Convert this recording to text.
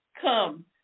come